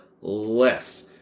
less